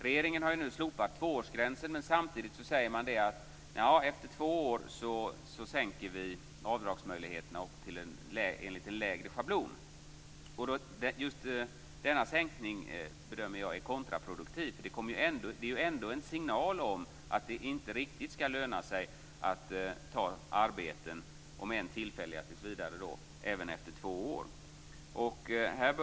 Regeringen har nu slopat tvåårsgränsen, men samtidigt säger man att efter två år sänks avdragsmöjligheterna och medges enligt en lägre schablon. Just denna sänkning bedömer jag är kontraproduktiv. Det är ju ändå en signal om att det inte riktigt skall löna sig att ta arbeten, om än tillfälliga, tills vidare efter två år.